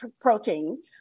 protein